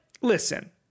listen